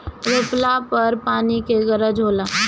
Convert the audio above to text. रोपला पर पानी के गरज होला